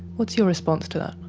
what's your response to